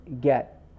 get